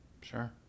Sure